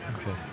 Okay